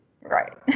Right